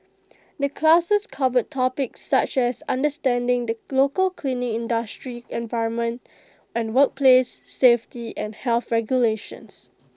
the classes cover topics such as understanding the local cleaning industry environment and workplace safety and health regulations